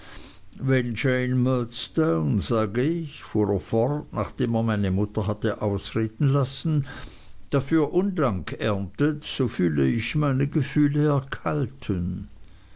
sage ich fuhr er fort nachdem er meine mutter hatte ausreden lassen dafür undank erntet so fühle ich meine gefühle erkalten